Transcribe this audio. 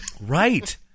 right